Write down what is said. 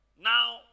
Now